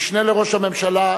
משנה לראש הממשלה.